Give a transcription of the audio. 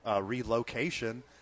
relocation